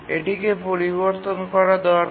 এটিকে পরিবর্তন করা দরকার